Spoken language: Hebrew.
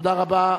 תודה רבה.